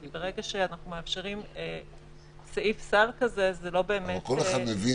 ברגע שאנחנו מאפשרים סעיף סל כזה זה לא באמת --- אבל כל אחד מבין